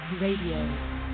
Radio